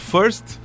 First